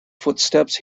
footsteps